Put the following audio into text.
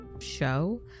show